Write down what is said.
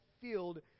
field